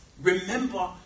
Remember